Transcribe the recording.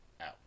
out